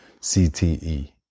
CTE